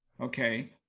okay